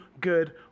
good